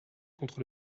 contre